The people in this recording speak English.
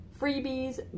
freebies